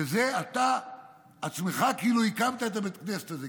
בזה אתה עצמך כאילו הקמת את בית הכנסת הזה,